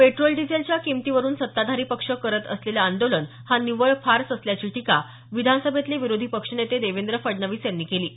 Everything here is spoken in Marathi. पेट्रोल डिझेलच्या किमतीवरून सत्ताधारी पक्ष करत असलेलं आंदोलन हा निव्वळ फार्स असल्याची टीका विधानसभेतले विरोधीपक्ष नेते देवेंद्र फडणवीस यांनी केली आहे